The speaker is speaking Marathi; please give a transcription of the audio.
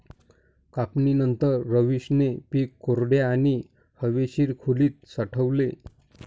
कापणीनंतर, रवीशने पीक कोरड्या आणि हवेशीर खोलीत साठवले